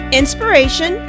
inspiration